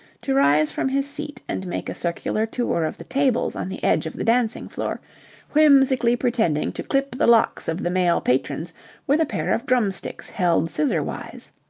to rise from his seat and make a circular tour of the tables on the edge of the dancing-floor, whimsically pretending to clip the locks of the male patrons with a pair of drumsticks held scissor-wise.